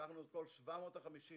לקחנו את כל 750 הקב"סים